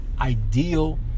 ideal